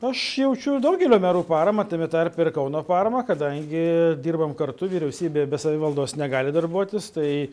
aš jaučiu daugelio merų paramą tame tarpe ir kauno formą kadangi dirbam kartu vyriausybė be savivaldos negali darbuotis tai